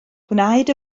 gwnaed